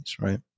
right